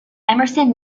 emerson